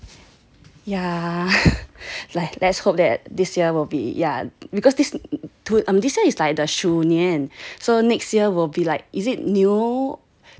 ya like let's hope that this year will be ya because this to this year is like the 鼠年 so next year will be like is it 牛 the the cow year